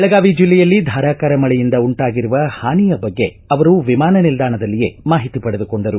ಬೆಳಗಾವಿ ಜಿಲ್ಲೆಯಲ್ಲಿ ಧಾರಾಕಾರ ಮಳೆಯಿಂದ ಉಂಟಾಗಿರುವ ಹಾನಿಯ ಬಗ್ಗೆ ಅವರು ವಿಮಾನ ನಿಲ್ದಾಣದಲ್ಲಿಯೇ ಮಾಹಿತಿ ಪಡೆದುಕೊಂಡರು